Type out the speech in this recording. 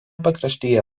pakraštyje